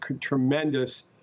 tremendous